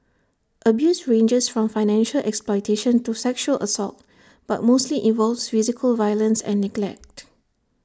abuse ranges from financial exploitation to sexual assault but mostly involves physical violence and neglect